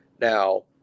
Now